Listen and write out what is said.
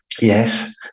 Yes